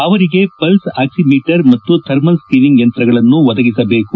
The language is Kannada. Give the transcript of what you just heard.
ಅವರಿಗೆ ಪಲ್ತ್ ಆಕ್ಕಿಮೀಟರ್ ಮತ್ತು ಥರ್ಮಲ್ ಸ್ತೀನಿಂಗ್ ಯಂತ್ರಗಳನ್ನು ಒದಗಿಸಬೇಕು